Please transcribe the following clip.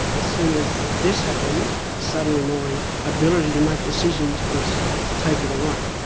as soon as this happened suddenly my ability to make decisions was taken away